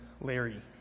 Larry